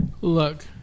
Look